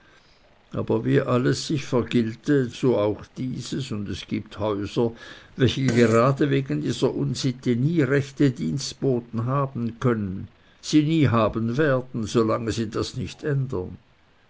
aber wie alles sich vergiltet so auch dieses und es gibt häuser welche gerade wegen dieser unsitte nie rechte dienstboten haben können sie nie haben werden solange sie das nicht ändern